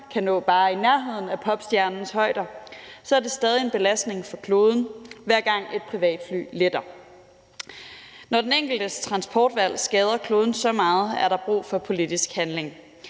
kan nå bare i nærheden af popstjernens højder, er det stadig en belastning for kloden, hver gang et privatfly letter. Når den enkeltes transportvalg skader kloden så meget, er der brug for politisk handling.